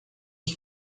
que